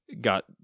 got